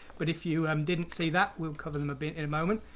but if you um didn't see that we'll cover them a bit in a moment